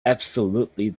absolutely